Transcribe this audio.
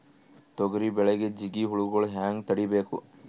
ತೊಗರಿ ಬೆಳೆಗೆ ಜಿಗಿ ಹುಳುಗಳು ಹ್ಯಾಂಗ್ ತಡೀಬೇಕು?